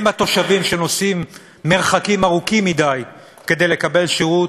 הם התושבים שנוסעים מרחקים ארוכים מדי כדי לקבל שירות,